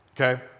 okay